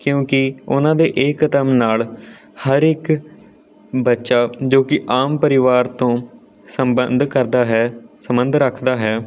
ਕਿਉਂਕਿ ਉਹਨਾਂ ਦੇ ਇਹ ਕਦਮ ਨਾਲ ਹਰ ਇੱਕ ਬੱਚਾ ਜੋ ਕਿ ਆਮ ਪਰਿਵਾਰ ਤੋਂ ਸੰਬੰਧ ਕਰਦਾ ਹੈ ਸੰਬੰਧ ਰੱਖਦਾ ਹੈ